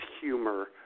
humor